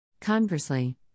Conversely